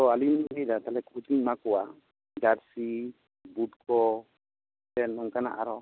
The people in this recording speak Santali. ᱛᱳ ᱟᱹᱞᱤᱧ ᱞᱤᱧ ᱞᱟᱹᱭᱮᱫᱟ ᱠᱳᱪ ᱤᱧ ᱮᱢᱟ ᱠᱚᱣᱟ ᱡᱟᱹᱨᱥᱤ ᱵᱩᱴ ᱠᱚ ᱥᱮ ᱱᱚᱝᱠᱟᱱᱟᱜ ᱟᱨᱚ